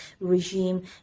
regime